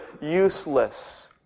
useless